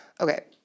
okay